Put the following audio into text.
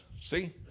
See